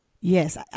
yes